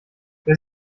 wer